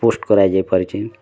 post କରାଯାଇ ପାରୁଛି